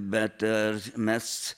bet ar mes